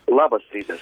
labas rytas